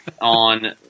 on